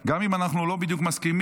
גם אם אנחנו לא בדיוק מסכימים,